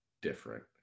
different